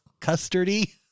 custardy